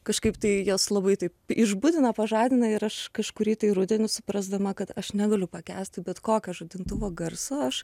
kažkaip tai jos labai taip išbudina pažadina ir aš kažkurį tai rudenį suprasdama kad aš negaliu pakęsti bet kokio žadintuvo garso aš